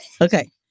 Okay